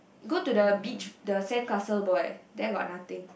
go to the beach the sandcastle boy there got nothing